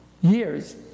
years